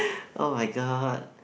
oh-my-god